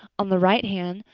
on the right hand,